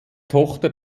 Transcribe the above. tochter